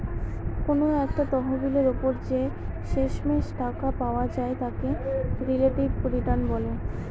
কোনো একটা তহবিলের ওপর যে শেষমেষ টাকা পাওয়া যায় তাকে রিলেটিভ রিটার্ন বলে